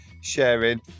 sharing